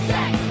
Sex